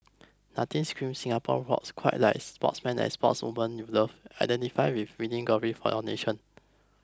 nothing screams Singapore rocks quite like sportsmen and sportswomen you love identify with winning glory for your nation